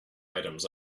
items